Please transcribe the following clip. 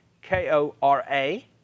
K-O-R-A